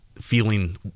feeling